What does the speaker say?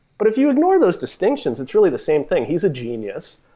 but if you ignore those distinctions, it's really the same thing. he's a genius.